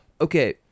Okay